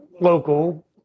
local